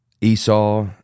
Esau